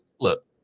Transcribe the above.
look